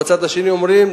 בצד השני אומרים,